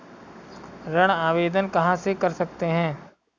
ऋण आवेदन कहां से कर सकते हैं?